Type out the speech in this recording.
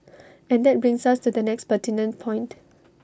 and that brings us to the next pertinent point